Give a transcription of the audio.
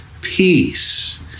Peace